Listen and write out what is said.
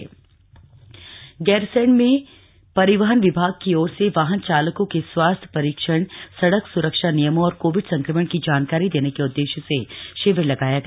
शिविर गैरसैंण गैरसैंण में परिवहन विभाग की ओर से वाहन चालकों के स्वास्थ्य परीक्षण सड़क सुरक्षा नियमों और कोविड संक्रमण की जानकारी देने के उद्देश्य से शिविर लगाया गया